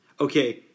okay